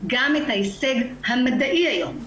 גם את ההישג המדעי היום,